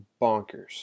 bonkers